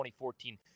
2014